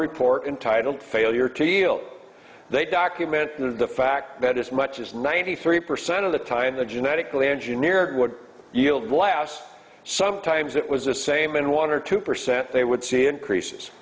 report entitled failure to yield they documented the fact that as much as ninety three percent of the time the genetically engineering would yield last sometimes it was the same in one or two percent they would see increases